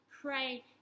pray